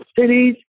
cities